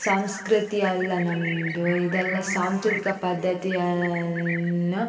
ಸಂಸ್ಕೃತಿ ಅಲ್ಲ ನಮ್ಮ ಇದೆಲ್ಲ ಸಾಂಸ್ಕೃತಿಕ ಪದ್ಧತಿಯನ್ನು